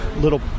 little